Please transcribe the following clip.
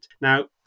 Now